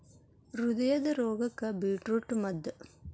ಹೃದಯದ ರೋಗಕ್ಕ ಬೇಟ್ರೂಟ ಮದ್ದ